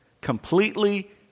Completely